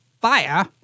fire